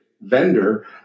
vendor